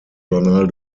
journal